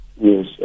Yes